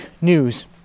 news